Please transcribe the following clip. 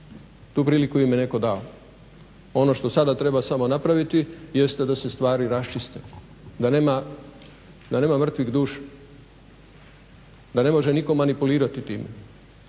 tu priliku im je netko dao. Ono što sada treba samo napraviti jeste da se stvari raščiste, da nema mrtvih duša, da ne može nitko manipulirati time.